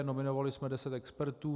Nominovali jsme deset expertů.